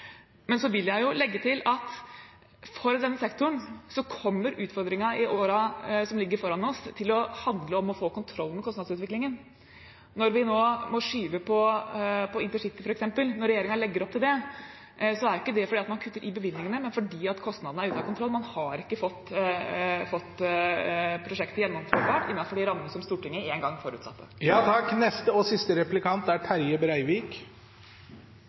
Men jeg vil legge til at utfordringen for denne sektoren i årene som ligger foran oss, kommer til å handle om å få kontroll på kostnadsutviklingen. Når regjeringen nå legger opp til å skyve på intercity, er ikke det fordi man kutter i bevilgningene, men fordi kostnadene er ute av kontroll. Man har ikke klart å gjøre prosjektet gjennomførbart innenfor de rammene som Stortinget en gang forutsatte.